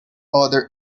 other